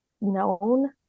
known